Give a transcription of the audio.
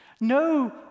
No